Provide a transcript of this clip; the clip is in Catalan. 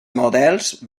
models